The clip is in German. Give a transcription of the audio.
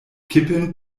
kippeln